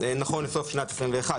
נכון לסוף שנת 2021,